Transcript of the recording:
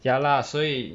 ya lah 所以